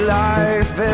life